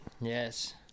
Yes